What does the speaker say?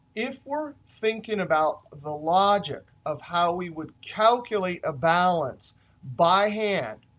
if we're thinking about the logic of how we would calculate a balance by hand,